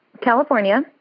California